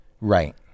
Right